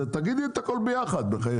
תגידי את הכול ביחד, בחייך.